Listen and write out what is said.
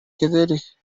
كذلك